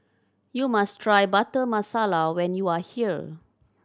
you must try Butter Masala when you are here